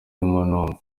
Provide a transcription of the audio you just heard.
umwe